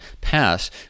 pass